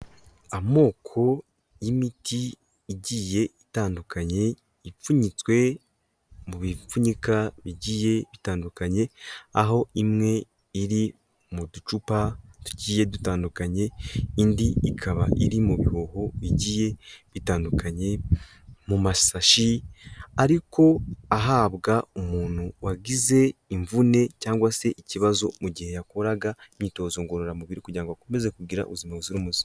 Amoko y'imiti igiye itandukanye ipfunyitswe mu bipfunyika bigiye bitandukanye, aho imwe iri mu ducupa tugiye dutandukanye, indi ikaba iri mu bihuho bigiye bitandukanye, mu masashi ariko ahabwa umuntu wagize imvune cyangwa se ikibazo mu gihe yakoraga imyitozo ngororamubiri kugira ngo akomeze kugira ubuzima buzira umuze.